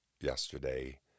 yesterday